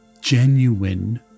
genuine